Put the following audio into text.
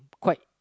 quite